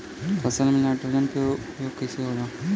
फसल में नाइट्रोजन के उपयोग कइसे होला?